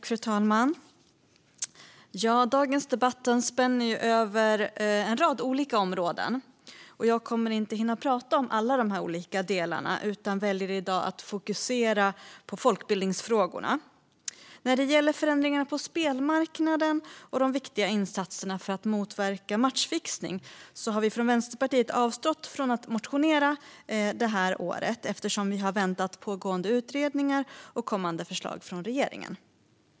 Fru talman! Dagens debatt spänner över en rad olika områden. Jag kommer inte att hinna prata om alla de olika delarna utan väljer i dag att fokusera på folkbildningsfrågorna. När det gäller förändringar på spelmarknaden och de viktiga insatserna för att motverka matchfixning har vi från Vänsterpartiet avstått från att motionera det här året, eftersom vi har inväntat pågående utredningar och kommande förslag från regeringen.